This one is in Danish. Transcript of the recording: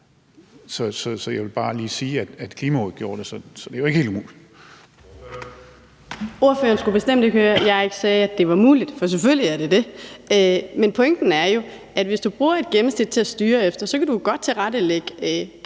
Så jeg vil bare lige sige, at Klimarådet gjorde det sådan. Så det er jo ikke helt umuligt.